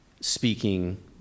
speaking